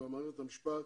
במערכת המשפט,